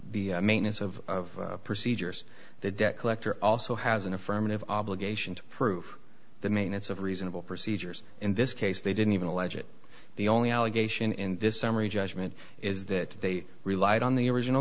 the maintenance of procedures that debt collector also has an affirmative obligation to prove the maintenance of reasonable procedures in this case they didn't even a legit the only allegation in this summary judgment is that they relied on the original